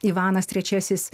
ivanas trečiasis